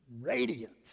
radiant